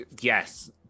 Yes